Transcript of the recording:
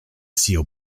seal